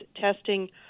testing